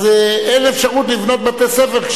אז אין אפשרות לבנות בתי-ספר,